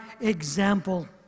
example